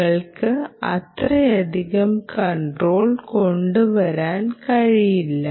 നിങ്ങൾക്ക് അത്രയധികം കൺട്രോൾ കൊണ്ടുവരാൻ കഴിയില്ല